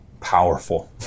Powerful